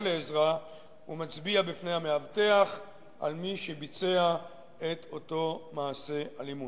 לעזרה ומצביע בפני המאבטח על מי שביצע את אותו מעשה אלימות.